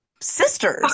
sisters